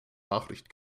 nachricht